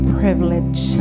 privilege